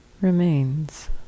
remains